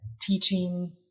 teaching